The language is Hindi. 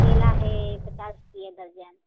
केला है पचास रुपए दर्जन